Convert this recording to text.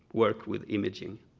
work with imaging.